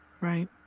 right